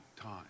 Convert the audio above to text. time